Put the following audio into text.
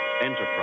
Enterprise